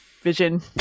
vision